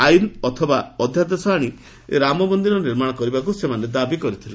ଆଇନ ଅବା ଅଧ୍ଧାଦେଶ ଆଣି ରାମମନ୍ଦିର ନିର୍ମାଶ କରିବାକୁ ସେମାନେ ଦାବି କରିଥିଲେ